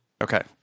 Okay